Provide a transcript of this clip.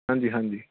ਹਾਂਜੀ ਹਾਂਜੀ